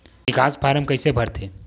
निकास फारम कइसे भरथे?